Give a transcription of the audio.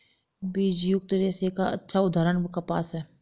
बीजयुक्त रेशे का अच्छा उदाहरण कपास है